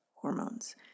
hormones